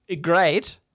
great